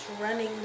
running